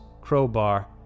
crowbar